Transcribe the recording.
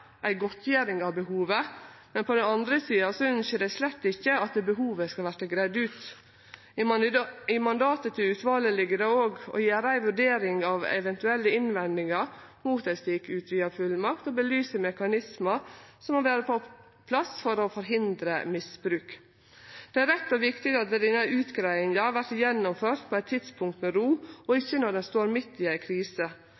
ei godtgjering av behovet, men på den andre sida ønskjer dei slett ikkje at behovet skal verte greidd ut. I mandatet til utvalet ligg det òg å gjere ei vurdering av eventuelle innvendingar mot ei slik utvida fullmakt og belyse mekanismar som må vere på plass for å forhindre misbruk. Det er rett og viktig at denne utgreiinga vert gjennomført på eit tidspunkt med ro og